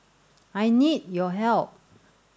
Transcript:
I need your help